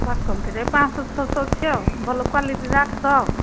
ବାସନ୍ତିରେ ପାଞ୍ଚଶହ ଛଅଶହ ଅଛି ଆଉ ଭଲ କ୍ଵାଲିଟିଟା ଆଠଶହ ଆଉ